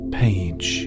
page